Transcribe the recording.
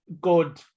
good